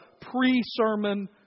pre-sermon